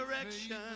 direction